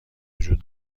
وجود